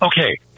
Okay